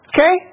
Okay